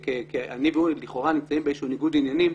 כי אני והוא לכאורה נמצאים באיזשהו ניגוד עניינים,